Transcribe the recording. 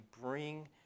bring